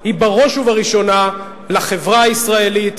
היא בראש ובראשונה לחברה הישראלית.